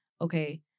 okay